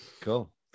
Cool